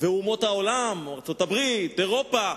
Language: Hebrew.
ואומות העולם, ארצות-הברית, אירופה,